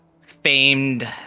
famed